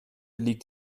liegt